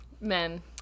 Men